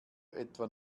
etwa